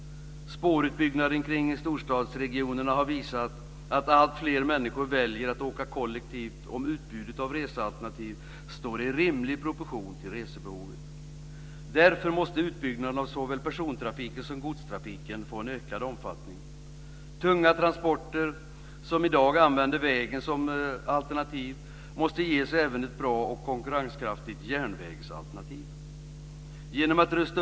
Spårutbyggnaden kring storstadsregionerna har visat att alltfler människor väljer att åka kollektivt om utbudet av resealternativ står i rimlig proportion till resebehovet. Därför måste utbyggnaden av såväl persontrafiken som godstrafiken få en ökad omfattning. Tunga transporter som i dag använder vägen måste även ges ett bra och konkurrenskraftigt järnvägsalternativ.